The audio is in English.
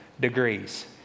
degrees